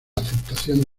aceptación